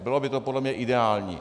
Bylo by to podle mě ideální.